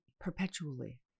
perpetually